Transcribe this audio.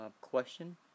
question